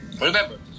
Remember